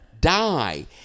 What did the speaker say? die